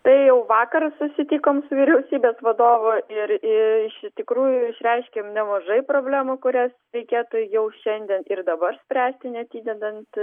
tai jau vakar susitikom su vyriausybės vadovu ir iš tikrųjų išreiškėm nemažai problemų kurias reiketų tai jau šiandien ir dabar spręsti neatidedant